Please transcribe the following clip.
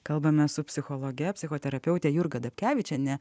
kalbame su psichologe psichoterapeute jurga dapkevičiene